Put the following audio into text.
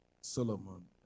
Solomon